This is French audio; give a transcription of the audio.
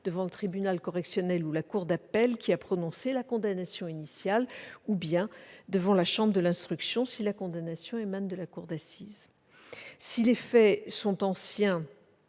devant le tribunal correctionnel, ou la cour d'appel, qui a prononcé la condamnation initiale, ou bien devant la chambre de l'instruction si la condamnation émane de la cour d'assises. Si les faits sont anciens